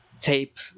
Tape